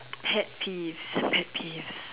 pet peeves pet peeves